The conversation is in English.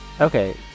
Okay